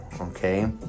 okay